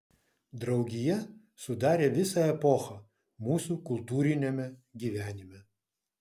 draugija sudarė visą epochą mūsų kultūriniame gyvenime